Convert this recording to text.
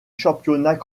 championnat